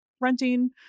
renting